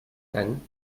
tant